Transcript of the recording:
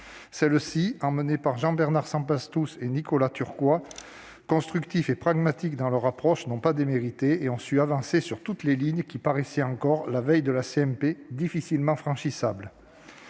Palais-Bourbon. Jean-Bernard Sempastous et Nicolas Turquois, constructifs et pragmatiques dans leur approche, n'ont pas démérité et ont su avancer sur toutes les lignes qui paraissaient encore difficilement franchissables